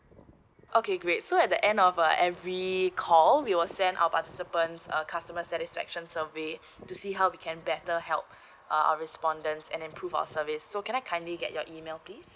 okay great so at the end of err every call we will send our participants err customer satisfaction survey to see how we can better help uh our respondents and improve our service so can I kindly get your email please